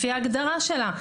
לפי ההגדרה שלה.